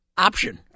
option